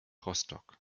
rostock